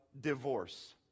divorce